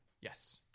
Yes